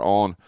on